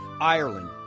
Ireland